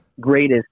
greatest